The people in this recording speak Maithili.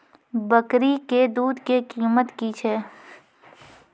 बकरी के दूध के कीमत की छै?